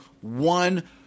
one